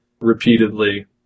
repeatedly